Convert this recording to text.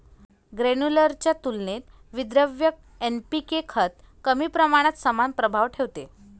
granular च्या तुलनेत विद्रव्य एन.पी.के खत कमी प्रमाणात समान प्रभाव ठेवते